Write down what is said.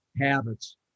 habits